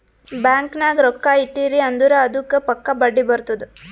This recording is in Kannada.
ಬ್ಯಾಂಕ್ ನಾಗ್ ರೊಕ್ಕಾ ಇಟ್ಟಿರಿ ಅಂದುರ್ ಅದ್ದುಕ್ ಪಕ್ಕಾ ಬಡ್ಡಿ ಬರ್ತುದ್